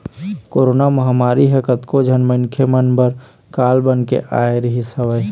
corona महामारी ह कतको झन मनखे मन बर काल बन के आय रिहिस हवय